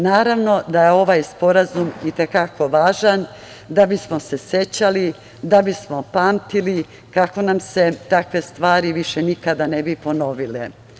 Naravno da je ovaj sporazum itekako važan da bismo se sećali, da bismo pamtili, kako nam se takve stvari više nikada ne bi ponovile.